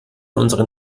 unseren